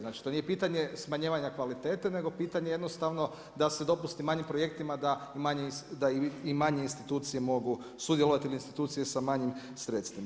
Znači to nije pitanje smanjivanja kvalitete, nego pitanje jednostavno da se dopusti manjim projektima da i manje institucije mogu sudjelovati ili institucije sa manjim sredstvima.